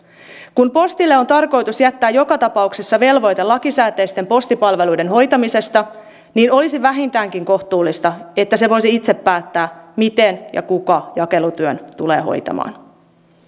kun postille on tarkoitus jättää joka tapauksessa velvoite lakisääteisten postipalveluiden hoitamisesta niin olisi vähintäänkin kohtuullista että se voisi itse päättää miten ja kuka jakelutyön tulee hoitamaan